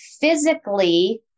physically